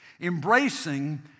embracing